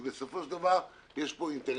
כי בסופו של דבר יש פה אינטרסים